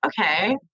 okay